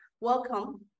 Welcome